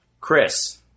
Chris